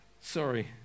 Sorry